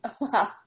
wow